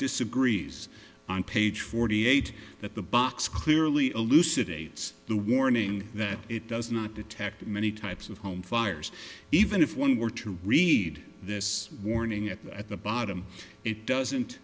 disagrees on page forty eight that the box clearly elucidates the warning that it does not detect many types of home fires even if one were to read this warning at the at the bottom it doesn't